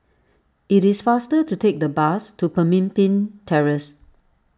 it is faster to take the bus to Pemimpin Terrace